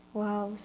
wow